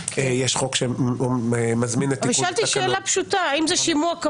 שיש חוק שמזמין את תיקון התקנות --- שאלתי שאלה פשוטה.